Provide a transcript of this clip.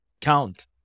count